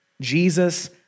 Jesus